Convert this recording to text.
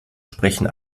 sprechen